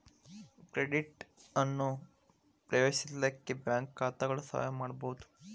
credit ಅನ್ನ ಪ್ರವೇಶಿಸಲಿಕ್ಕೆ bank ಖಾತಾಗಳು ಸಹಾಯ ಮಾಡ್ಬಹುದು